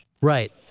Right